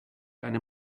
eine